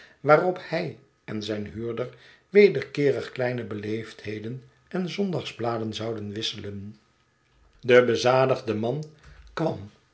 waarop hij en zijn huurder wederkeerig kleine beleefdheden en zondagsbladen zouden wisselen de bezadigde man